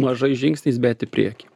mažais žingsniais bet į priekį